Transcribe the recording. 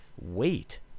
weight